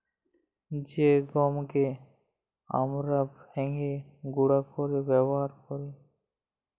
জ্যে গহমকে আমরা ভাইঙ্গে গুঁড়া কইরে ব্যাবহার কৈরি